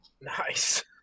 nice